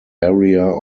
area